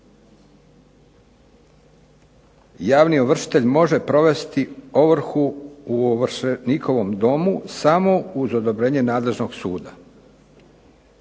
javni ovršitelj može provesti ovrhu u ovršenikovom domu samo uz odobrenje nadležnog suda.